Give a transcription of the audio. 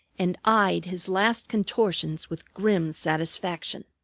and eyed his last contortions with grim satisfaction.